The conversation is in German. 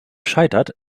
scheitert